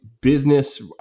business